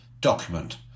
document